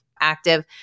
active